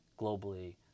globally